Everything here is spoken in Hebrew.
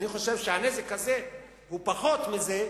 אני חושב שהנזק הזה הוא פחות מהנזק